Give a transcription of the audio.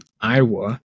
Iowa